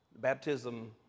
baptism